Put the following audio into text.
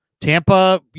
Tampa